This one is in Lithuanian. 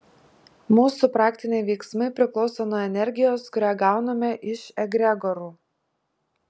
mūsų praktiniai veiksmai priklauso nuo energijos kurią gauname iš egregorų